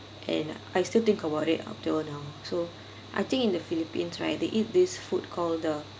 and I still think about it until now so I think in the philippines right they eat this food called the